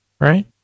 right